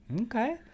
okay